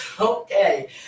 Okay